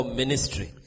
ministry